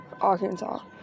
Arkansas